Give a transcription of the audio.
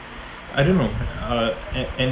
I don't know uh an~ and